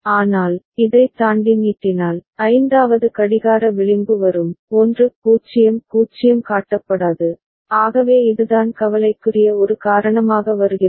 ஆனால் இதைத் தாண்டி நீட்டினால் ஐந்தாவது கடிகார விளிம்பு வரும் 1 0 0 காட்டப்படாது ஆகவே இதுதான் கவலைக்குரிய ஒரு காரணமாக வருகிறது